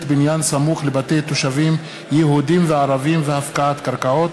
בניין סמוך לבתי תושבים יהודים וערבים והפקעת קרקעות.